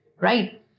Right